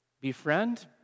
befriend